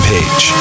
Page